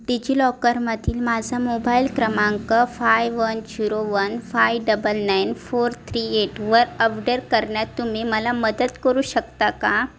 डिजिलॉकरमधील माझा मोबाईल क्रमांक five one zero one five double nine four three एटवर अपडेट करण्यात तुम्ही मला मदत करू शकता का